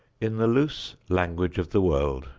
in the loose language of the world,